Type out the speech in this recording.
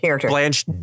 Blanche